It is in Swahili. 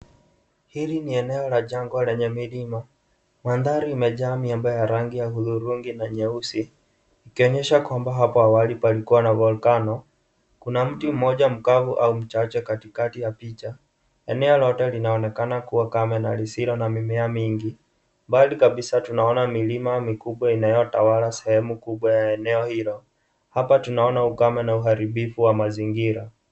Hili ni eneo la jangwa lenye milima. Mandhari imejaa miamba ya rangi ya hudhurungi na nyeusi, ikionyesha kwamba hapo awali palikuwa na volcano . Kuna mti mmoja mkavu au mchache katikati ya picha. Eneo lote linaonekana kuwa kama na lisilo na mimea mingi. Mbali kabisa tunaona milima mikubwa inayotawala sehemu kubwa ya eneo hilo. Hapa tunaona ukame na uharibifu wa mazingira.